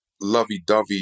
lovey-dovey